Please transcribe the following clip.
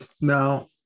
No